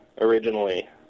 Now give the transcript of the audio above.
originally